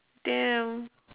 damn